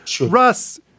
Russ